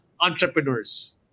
entrepreneurs